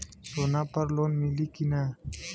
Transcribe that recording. सोना पर लोन मिली की ना?